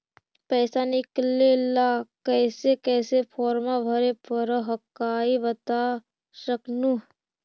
पैसा निकले ला कैसे कैसे फॉर्मा भरे परो हकाई बता सकनुह?